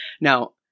now